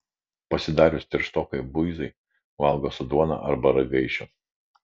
pasidarius tirštokai buizai valgo su duona arba ragaišiu